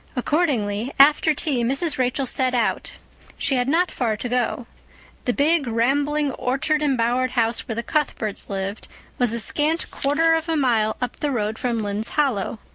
accordingly after tea mrs. rachel set out she had not far to go the big, rambling, orchard-embowered house where the cuthberts lived was a scant quarter of a mile up the road from lynde's hollow.